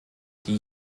die